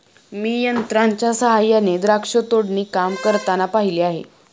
मी यंत्रांच्या सहाय्याने द्राक्ष तोडणी काम करताना पाहिले आहे